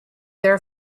their